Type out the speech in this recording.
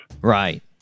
Right